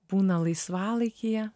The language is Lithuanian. būna laisvalaikyje